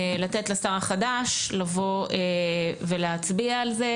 לתת לשר החדש לבוא ולהצביע על זה.